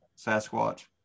sasquatch